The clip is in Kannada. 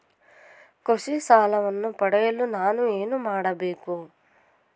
ಕೃಷಿ ಸಾಲವನ್ನು ಪಡೆಯಲು ನಾನು ಏನು ಮಾಡಬೇಕು?